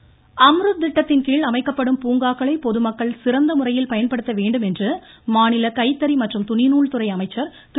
மணியன் அம்ருத் திட்டத்தின்கீழ் அமைக்கப்படும் பூங்காக்களை பொதுமக்கள் சிறந்த முறையில் பயன்படுத்த வேண்டும் என்று மாநில கைத்தறி மற்றும் துணிநூல் துறை அமைச்சர் திரு